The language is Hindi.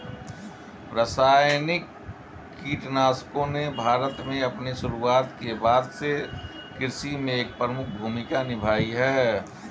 रासायनिक कीटनाशकों ने भारत में अपनी शुरुआत के बाद से कृषि में एक प्रमुख भूमिका निभाई है